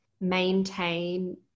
maintain